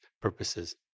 purposes